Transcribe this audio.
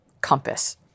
compass